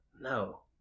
No